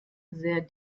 sehr